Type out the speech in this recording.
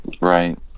right